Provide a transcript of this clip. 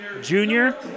junior